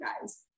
guys